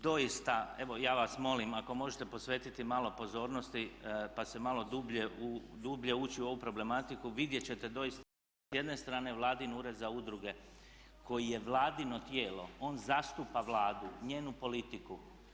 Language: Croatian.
Kolega Hrebak, doista evo ja vas molim ako možete posvetiti malo pozornosti pa malo dublje ući u ovu problematiku, vidjeti ćete doista da s jedne strane Vladin ured za udruge koji je Vladino tijelo on zastupa Vladu, njenu politiku.